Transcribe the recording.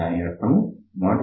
దాని అర్థం in1